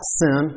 sin